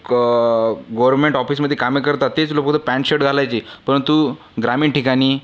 government ऑफिसमध्ये कामे करतात तेच लोकं पॅन्ट शर्ट घालायचे परंतु ग्रामीण ठिकाणी